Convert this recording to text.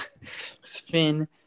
Finn